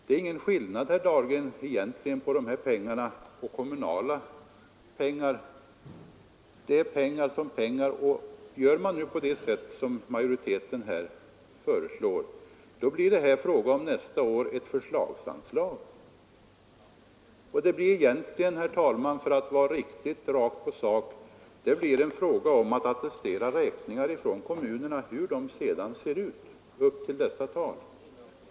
Det är, herr Dahlgren, ingen skillnad på dessa pengar och kommunala pengar — det är pengar som pengar. Gör man som utskottsmaioriteten föreslår, blir det nästa år fråga om ett förslagsanslag. För att vara riktigt rakt på sak, herr talman, blir det en fråga om att attestera räkningar från kommunerna, hur dessa räkningar än ser ut, upp till dessa tal.